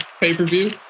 pay-per-view